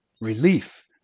Relief